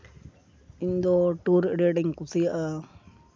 ᱤᱧᱫᱚ ᱴᱩᱨ ᱟᱹᱰᱤ ᱟᱸᱴᱤᱧ ᱠᱩᱥᱤᱭᱟᱜᱼᱟ